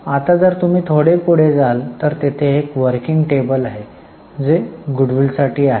आता जर तुम्ही थोडे पुढे जाल तर तेथे एक आहे जे साठी दिले आहे